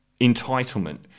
entitlement